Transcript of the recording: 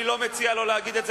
לא,